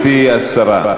גברתי השרה,